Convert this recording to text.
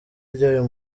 ryayo